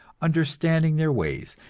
understanding their ways,